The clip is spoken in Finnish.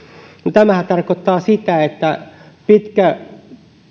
tämähän tarkoittaa sitä että